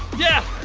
yeah,